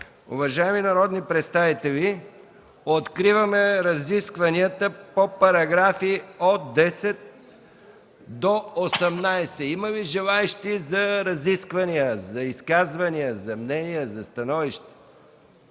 Уважаеми народни представители, откриваме разискванията по параграфи от 10 до 18. Има ли желаещи за разисквания, за изказвания, мнения, становища?